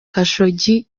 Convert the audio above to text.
khashoggi